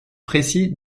précis